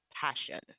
passion